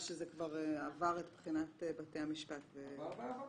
לא באתי נעול ולא הצלחתם לשכנע אותי למה זה אסון